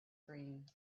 green